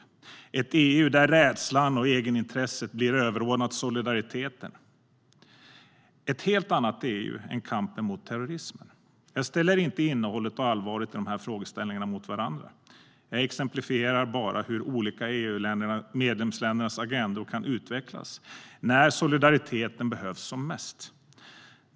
Det är ett EU där rädslan och egenintresset blir överordnat solidariteten, ett helt annat EU än när det gäller kampen mot terrorismen. Jag ställer inte innehållet och allvaret i dessa frågeställningar mot varandra; jag exemplifierar bara hur olika medlemsländernas agendor kan utvecklas när solidariteten behövs som mest.